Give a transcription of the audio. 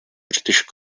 british